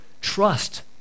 trust